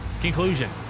Conclusion